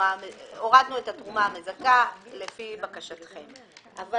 הורדנו את התרומה המזכה לפי בקשתכם אבל